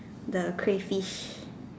the crayfish